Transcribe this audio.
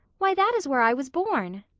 why, that is where i was born.